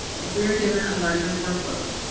if we were given a larger workload,